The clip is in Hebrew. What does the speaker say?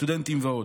סטודנטים ועוד.